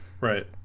right